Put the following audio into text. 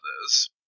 others